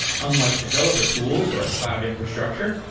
unlike developer tools or cloud infrastructure,